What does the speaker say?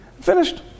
finished